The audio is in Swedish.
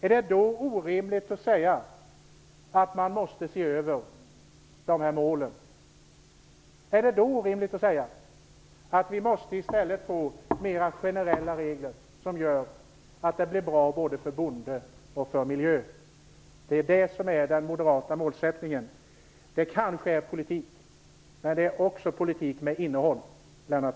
Om det är så, Lennart Daléus, att man inte uppnår målen med de beslut som är fattade, är det då orimligt att säga att målen måste ses över? Är det då orimligt att säga att vi i stället måste få mera generella regler som gör att det blir bra både för bonde och miljö? Det är det som är den moderata målsättningen. Det kanske är politik, men det är också politik med innehåll, Lennart